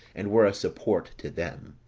and were a support to them.